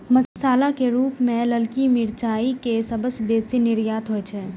मसाला के रूप मे ललकी मिरचाइ के सबसं बेसी निर्यात होइ छै